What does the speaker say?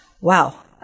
Wow